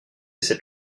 cette